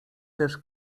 też